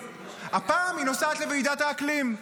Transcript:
הפעם היא נוסעת לוועידת האקלים.